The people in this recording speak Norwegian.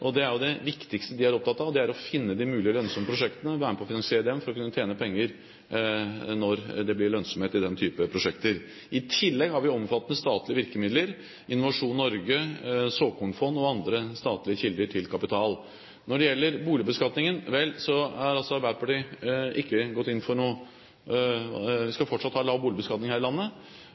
Og det viktigste de er opptatt av, er å finne de mulige lønnsomme prosjektene og være med på å finansiere dem for å kunne tjene penger når det blir lønnsomhet i den typen prosjekter. I tillegg har vi omfattende statlige virkemidler: Innovasjon Norge, såkornfond og andre statlige kilder til kapital. Når det gjelder boligbeskatningen, skal vi fortsatt ha en lav boligbeskatning her i landet. Det tror jeg det er